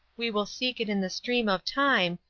we will seek it in the stream of time,